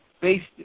based